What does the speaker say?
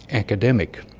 academic.